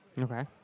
Okay